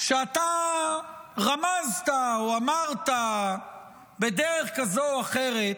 שאתה רמזת או אמרת בדרך כזו או אחרת